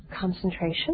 concentration